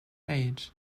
age